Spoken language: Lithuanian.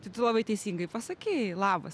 tai tu labai teisingai pasakei labas